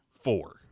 four